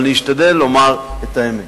אבל אני אשתדל לומר את האמת.